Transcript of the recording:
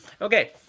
Okay